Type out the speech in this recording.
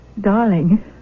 Darling